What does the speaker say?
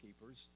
keepers